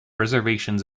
reservations